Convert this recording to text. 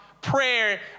prayer